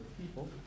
people